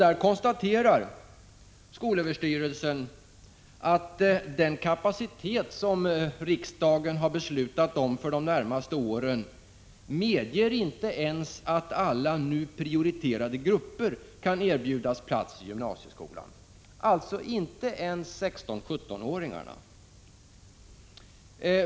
Där konstaterar skolöverstyrelsen att den kapacitet som riksdagen har beslutat om för de närmaste åren inte ens medger att alla nu prioriterade grupper kan erbjudas plats i gymnasieskolan, alltså inte ens 16-17-åringarna.